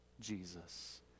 Jesus